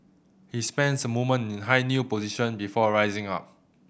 he spends a moment in high kneel position before a rising up